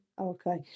Okay